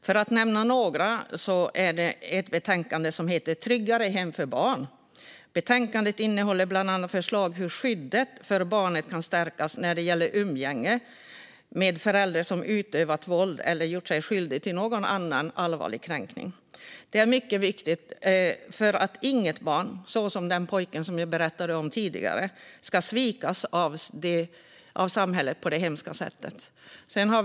För att nämna något finns det ett betänkande som heter Tryggare hem för barn . Betänkandet innehåller bland annat förslag på hur skyddet för barnet kan stärkas när det gäller umgänge med förälder som utövat våld eller gjort sig skyldig till någon annan allvarlig kränkning. Detta är mycket viktigt, för inget barn ska svikas av samhället på det hemska sätt som i fallet med pojken jag berättade om tidigare.